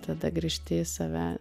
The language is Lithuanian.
tada grįžti į save